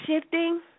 shifting